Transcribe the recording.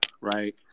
right